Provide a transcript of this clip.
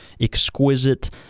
exquisite